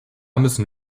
müssen